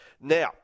Now